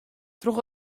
troch